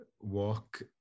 walk